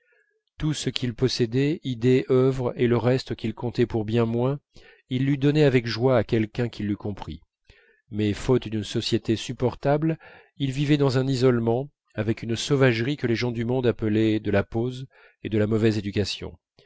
tout ce qu'il possédait idées œuvres et le reste qu'il comptait pour bien moins il l'eût donné avec joie à quelqu'un qui l'eût compris mais faute d'une société supportable il vivait dans un isolement avec une sauvagerie que les gens du monde appelaient de la pose et de la mauvaise éducation